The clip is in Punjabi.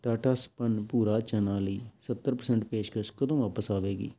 ਟਾਟਾ ਸਪੰਨ ਭੂਰਾ ਚਨਾ ਲਈ ਸੱਤਰ ਪਰਸੈਂਟ ਪੇਸ਼ਕਸ਼ ਕਦੋਂ ਵਾਪਿਸ ਆਵੇਗੀ